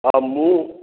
ହଁ ମୁଁ